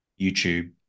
YouTube